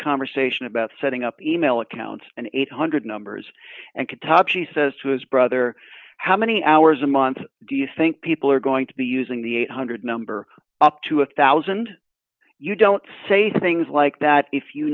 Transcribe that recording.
conversation about setting up email accounts an eight hundred dollars numbers and could top she says to his brother how many hours a month do you think people are going to be using the eight hundred number up to a one thousand you don't say things like that if you